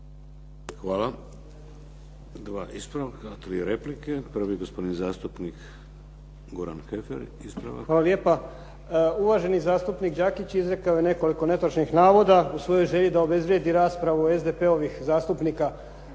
Hvala. Dva ispravka, tri replike. Prvi, gospodin zastupnik Goran Heffer, ispravak. **Heffer, Goran (SDP)** Hvala lijepa. Uvaženi zastupnik Đakić izrekao je nekoliko netočnih navoda u svojoj želji da obezvrijedi raspravu SDP-ovih zastupnika.